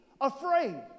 afraid